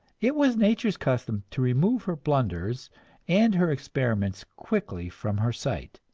it was nature's custom to remove her blunders and her experiments quickly from her sight.